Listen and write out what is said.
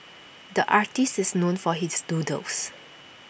the artist is known for his doodles